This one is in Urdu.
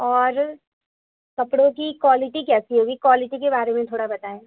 اور کپڑوں کی کوالٹی کیسی ہوگی کوالٹی کے بارے میں تھوڑا بتائیں